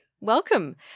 Welcome